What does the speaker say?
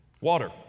Water